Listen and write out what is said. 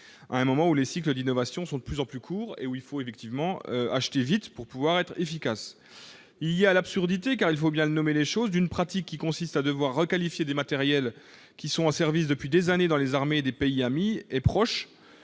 à un moment où les cycles d'innovation sont de plus en plus courts et où il faut acheter vite pour être efficace. Il y a l'absurdité- il faut bien nommer les choses -d'une pratique qui consiste à devoir requalifier des matériels qui sont en service depuis des années dans les armées de pays amis et proches,